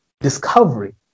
discovery